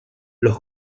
los